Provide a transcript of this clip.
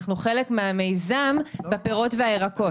אנחנו חלק מהמיזם בפירות והירקות.